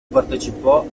partecipò